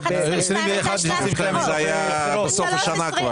2021 ו-2022 הייתה שנת בחירות.